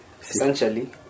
essentially